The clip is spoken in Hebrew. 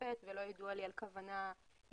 בתוספת ולא ידוע לי על כוונה לשנות